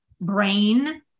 brain